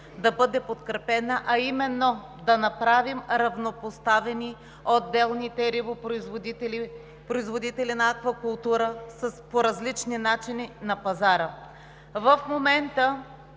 да бъде подкрепена, а именно да направим равнопоставени отделните рибопроизводители, производители на аквакултура по различни начини на пазара. В момента